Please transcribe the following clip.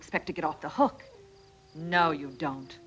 expect to get off the hook no you don't